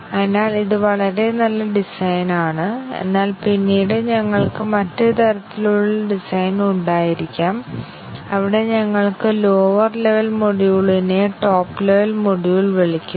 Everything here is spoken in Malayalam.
അതിനാൽ പ്രാരംഭ ടെസ്റ്റ് സ്യൂട്ട് ഞങ്ങൾ ചർച്ച ചെയ്ത ചില വൈറ്റ് ബോക്സ് കവറേജ് ടെക്നിക് ഉപയോഗിച്ചാണ് രൂപകൽപ്പന ചെയ്തിരിക്കുന്നത്